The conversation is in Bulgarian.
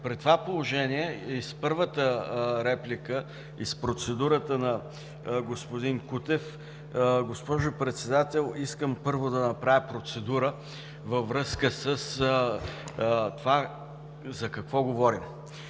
При това положение и с първата реплика, и с процедурата на господин Кутев, госпожо Председател, искам първо да направя процедура във връзка с това за какво говорим.